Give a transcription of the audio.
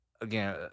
again